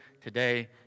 today